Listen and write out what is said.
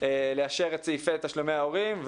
לאשר את סעיפי תשלומי ההורים.